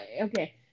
Okay